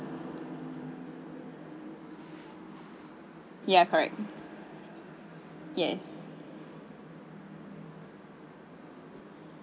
ya correct yes